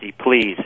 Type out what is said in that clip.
please